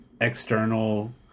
external